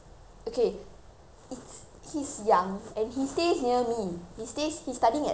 he's young and he stays near me he stays he's studying at townsville primary school